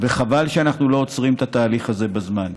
וחבל שאנחנו לא עוצרים את התהליך הזה בזמן.